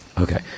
Okay